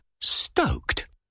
stoked